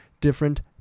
different